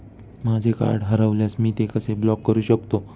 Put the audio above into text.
माझे कार्ड हरवल्यास मी ते कसे ब्लॉक करु शकतो?